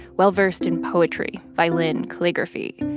well-versed in poetry, violin, calligraphy.